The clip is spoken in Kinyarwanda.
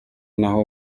naho